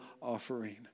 offering